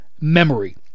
memory